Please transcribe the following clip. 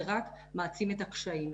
זה רק מעצים את הקשיים.